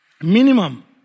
Minimum